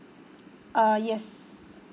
uh yes